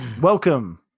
welcome